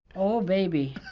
oh, baby.